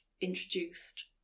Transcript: introduced